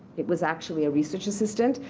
it was actually a research assistant,